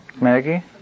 Maggie